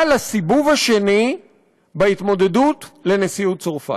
לסיבוב השני בהתמודדות על נשיאות צרפת.